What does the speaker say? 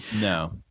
no